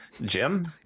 Jim